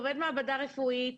עובד מעבדה רפואית,